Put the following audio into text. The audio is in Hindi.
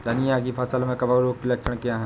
धनिया की फसल में कवक रोग के लक्षण क्या है?